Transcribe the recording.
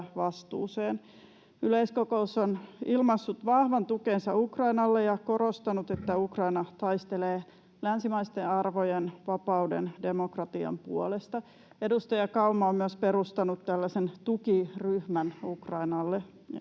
Yleiskokous on ilmaissut vahvan tukensa Ukrainalle ja korostanut, että Ukraina taistelee länsimaisten arvojen, vapauden ja demokratian puolesta. Edustaja Kauma on myös perustanut sinne parlamentaarisen